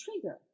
trigger